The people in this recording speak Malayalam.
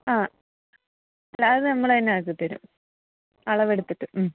ആ അല്ല അത് നമ്മൾ തന്നെ ആക്കിത്തരും അളവെടുത്തിട്ട്